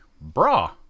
bra